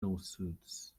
lawsuits